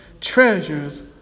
treasures